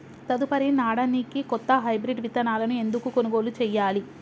తదుపరి నాడనికి కొత్త హైబ్రిడ్ విత్తనాలను ఎందుకు కొనుగోలు చెయ్యాలి?